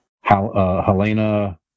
Helena